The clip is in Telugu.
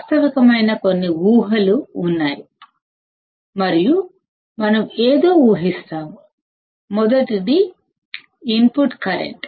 వాస్తవికమైన కొన్నిఊహలు ఉన్నాయి మరియు మనం ఏదో ఊహిస్తాము మొదటిది సున్నాఇన్పుట్ కరెంట్